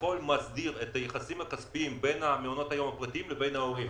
שכביכול מסדיר את היחסים הכספיים בין מעונות היום הפרטיים לבין ההורים,